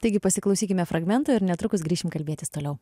taigi pasiklausykime fragmento ir netrukus grįšim kalbėtis toliau